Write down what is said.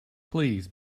please